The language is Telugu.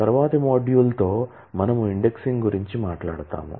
తరువాతి మాడ్యూల్తో మనము ఇండెక్సింగ్ గురించి మాట్లాడుతాము